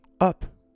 up